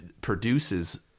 produces